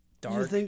dark